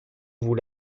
vous